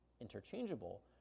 interchangeable